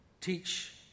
teach